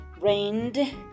Rained